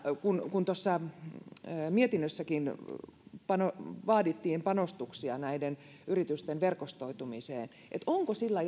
kun kun tuossa mietinnössäkin vaadittiin panostuksia yritysten verkostoitumiseen kysyisin näkemystänne siitä onko sillä